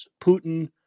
Putin